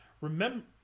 Remember